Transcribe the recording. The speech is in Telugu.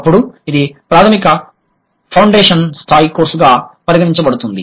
అప్పుడు ఇది ప్రాథమిక ఫౌండేషన్ స్థాయి కోర్సుగా పరిగణించబడుతుంది